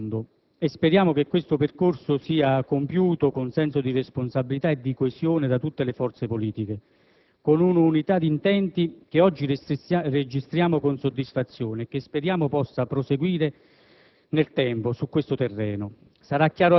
Può essere l'occasione per iniziare un cambiamento profondo e speriamo che questo percorso sia compiuto con senso di responsabilità e di coesione da tutte le forze politiche, con un'unità d'intenti che oggi registriamo con soddisfazione e che speriamo possa proseguire